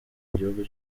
gihugu